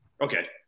Okay